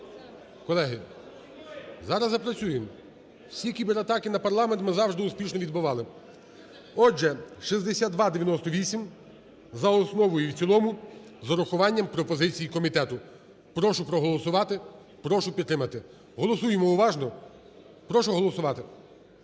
Колеги, зараз запрацюємо! Всі кібератаки атаки на парламент ми завжди успішно відбивали. Отже, 6298 за основу і в цілому з урахуванням пропозицій комітету. Прошу проголосувати, прошу підтримати. Голосуємо уважно. Прошу голосувати